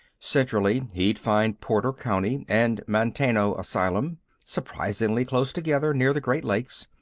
centrally he'd find porter county and manteno asylum surprisingly close together near the great lakes,